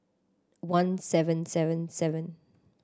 one seven seven seven